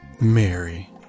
Mary